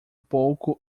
pouco